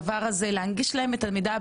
אתם מנפנפים לי עם הזכותון הזה,